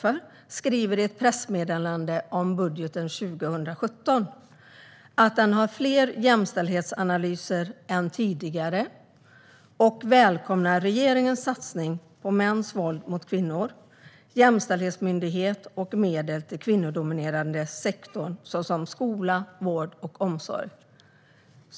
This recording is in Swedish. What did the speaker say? De skriver i ett pressmeddelande om budgeten 2017 att den har fler jämställdhetsanalyser än tidigare och att de välkomnar regeringens satsning när det gäller mäns våld mot kvinnor, jämställdhetsmyndighet och medel till kvinnodominerade sektorer såsom skola, vård och omsorg.